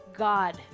God